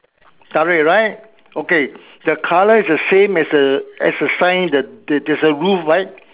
dark red right okay the colour is the same as the as the sign the the there's a roof right